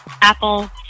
Apple